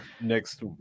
next